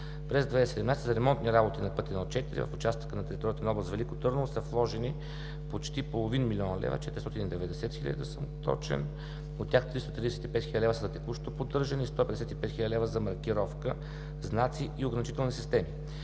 През 2017 г. за ремонтни работи на път 1.4 в участъка на територията на област Велико Търново са вложени почти половин милион лева – 490 хил. лв., за да съм точен. От тях 335 хил. лв. са за текущо поддържане и 155 хил. лв. – за маркировка, знаци и ограничителни системи.